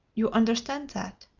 you understand that?